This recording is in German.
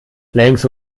längs